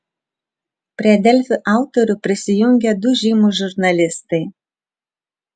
prie delfi autorių prisijungė du žymūs žurnalistai